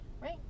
right